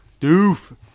Doof